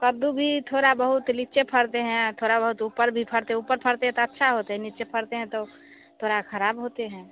कद्दू भी थोड़ा बहुत नीचे फलते हैं और थोड़ा बहुत ऊपर भी फलते हैं ऊपर फलते हैं तो अच्छा होते हैं नीचे फलते हैं तो थोड़ा खराब होते हैं